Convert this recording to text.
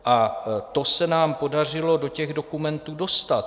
A to se nám podařilo do těch dokumentů dostat.